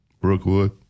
Brookwood